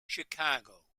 chicago